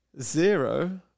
Zero